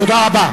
תודה רבה.